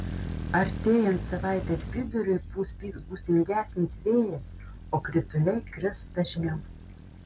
artėjant savaitės viduriui pūs vis gūsingesnis vėjas o krituliai kris dažniau